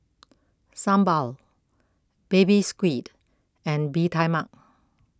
Sambal Baby Squid and Bee Tai Mak